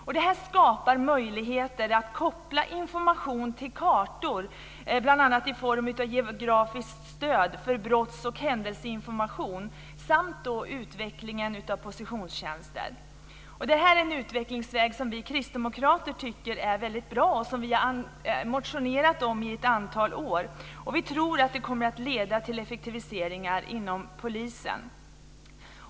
Systemen skapar möjligheter att koppla information till kartor, bl.a. i form av geografiskt stöd för brotts och händelseinformation, samt att utveckla positionstjänster. Det är en utvecklingsväg som vi kristdemokrater tycker är väldigt bra och som vi har motionerat om ett antal år. Vi tror att det kommer att leda till effektiviseringar inom polisen.